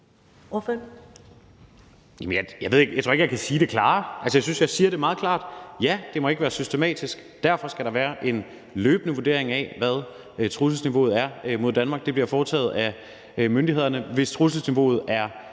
jeg tror ikke, jeg kan sige det klarere. Altså, jeg synes, jeg siger det meget klart: Ja, det må ikke være systematisk, og derfor skal der være en løbende vurdering af, hvad trusselsniveauet mod Danmark er, og det bliver foretaget af myndighederne. Hvis trusselsniveauet er